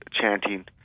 chanting